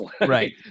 right